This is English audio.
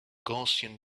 gaussian